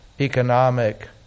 economic